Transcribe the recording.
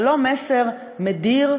ולא מסר מדיר,